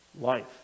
life